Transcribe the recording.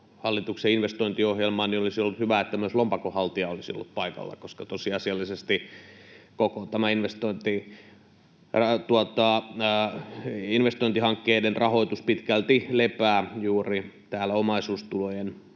hallituksen investointiohjelmaa, niin olisi ollut hyvä, että myös lompakonhaltija olisi ollut paikalla, koska tosiasiallisesti koko tämä investointihankkeiden rahoitus pitkälti lepää juuri omaisuustulojen